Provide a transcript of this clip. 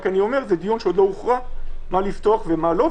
רק שאני אומר שזה דיון שעוד לא הוכרע מה לפתוח ומה לא,